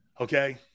Okay